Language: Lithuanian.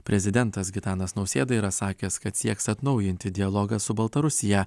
prezidentas gitanas nausėda yra sakęs kad sieks atnaujinti dialogą su baltarusija